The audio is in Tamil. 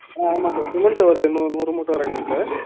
ஆ ஆமாம் சார் சிமெண்ட் ஒரு இன்னும் நூறு மூட்டை இறக்கணும் சார்